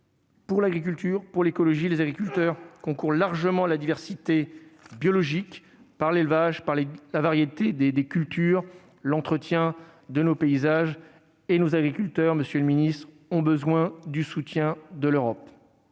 de l'agriculture pour l'écologie : les agriculteurs concourent largement à la diversité biologique par l'élevage, par la variété des cultures et par l'entretien de nos paysages. Nos agriculteurs ont besoin du soutien de l'Europe,